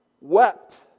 wept